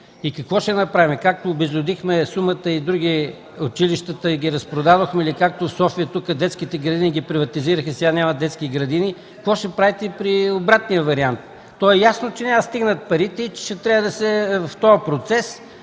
какво ще направим?! Както обезлюдихме сума ти други училища и ги разпродадохме ли? Както в София, тук детските градини ги приватизираха и сега няма детски градини. Какво ще правите при обратния вариант? То е ясно, че няма да стигнат парите в този процес.